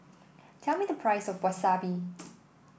tell me the price of Wasabi